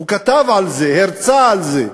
הוא כתב על זה, הרצה על זה,